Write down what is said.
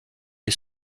est